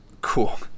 Cool